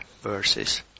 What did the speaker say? verses